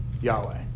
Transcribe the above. Yahweh